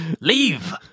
Leave